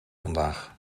vandaag